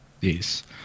yes